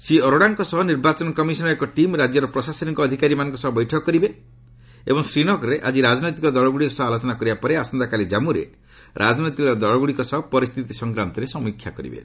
ଶ୍ରୀ ଅରୋଡାଙ୍କ ସହ ନିର୍ବାଚନ କମିଶନର ଏକ ଟିମ୍ ରାଜ୍ୟର ପ୍ରଶାସନିକ ଅଧିକାରୀମାନଙ୍କ ସହ ବୈଠକ କରିବେ ଏବଂ ଶ୍ରୀନଗରରେ ଆକି ରାଜନୈତିକ ଦଳଗ୍ରଡ଼ିକ ସହ ଆଲୋଚନା କରିବା ପରେ ଆସନ୍ତାକାଲି ଜାମ୍ମରେ ରାଜନୈତିକ ଦଳଗୁଡ଼ିକ ସହ ପରିସ୍ଥିତି ସଂକ୍ରାନ୍ତରେ ସମୀକ୍ଷା କରିବେ